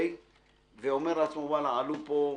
ואומר, עלו פה נקודות,